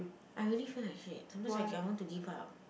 I really feel like shit sometimes I cannot I want to give up